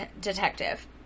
detective